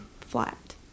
flat